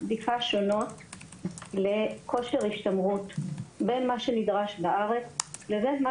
בדיקה שונות לכושר השתמרות בין מה שנדרש בארץ לבין מה